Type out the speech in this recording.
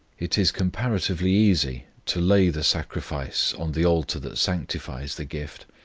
it is comparatively easy to lay the sacrifice on the altar that sanctifies the gift,